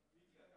למשל.